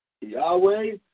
Yahweh